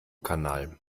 kanal